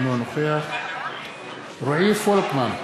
אינו נוכח רועי פולקמן,